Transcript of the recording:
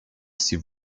s’il